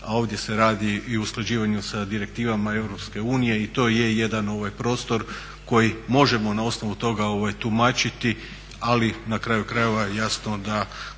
a ovdje se radi i o usklađivanju sa direktivama EU i to je jedan prostor koji možemo na osnovu toga tumačiti. Ali na kraju krajeva jasno da